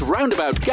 Roundabout